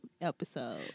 episode